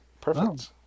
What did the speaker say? Perfect